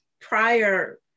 prior